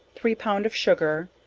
three pound of sugar,